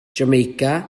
jamaica